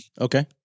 Okay